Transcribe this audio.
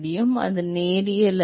ஆம் இது நேரியல் அல்ல